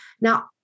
Now